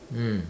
mm